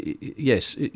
yes